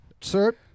Sir